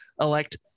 elect